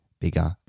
bigger